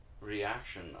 reaction